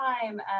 time